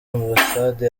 ambasade